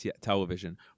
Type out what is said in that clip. television